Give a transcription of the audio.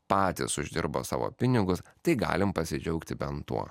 patys uždirbo savo pinigus tai galim pasidžiaugti bent tuo